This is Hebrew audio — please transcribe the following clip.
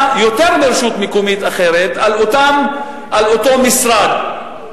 יותר מרשות מקומית אחרת על אותו משרד,